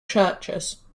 churches